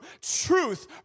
truth